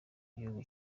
igihugu